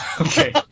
Okay